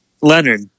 Leonard